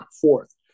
forth